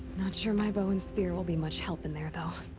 not sure my bow and spear will be much help in there, though.